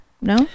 No